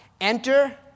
Enter